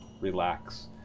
relax